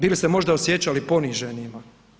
Bili se možda osjećali poniženima?